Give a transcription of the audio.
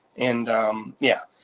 and yeah.